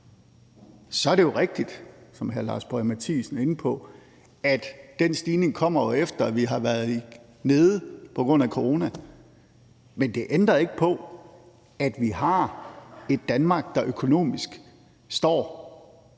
Så er det jo rigtigt, som hr. Lars Boje Mathiesen er inde på, at den stigning kommer, efter at vi har været nede på grund af corona, men det ændrer ikke på, at vi har et Danmark, der økonomisk står